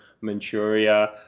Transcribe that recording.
Manchuria